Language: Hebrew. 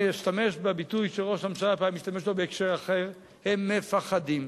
אני אשתמש בביטוי שראש הממשלה פעם השתמש בו בהקשר אחר: הם מפחדים,